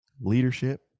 leadership